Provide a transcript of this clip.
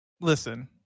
Listen